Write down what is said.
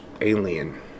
alien